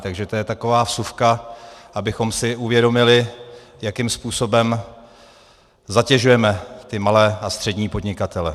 To je taková vsuvka, abychom si uvědomili, jakým způsobem zatěžujeme malé a střední podnikatele.